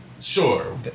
sure